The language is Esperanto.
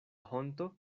honto